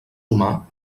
humà